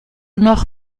noch